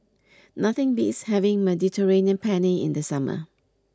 nothing beats having Mediterranean Penne in the summer